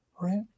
Right